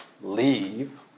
leave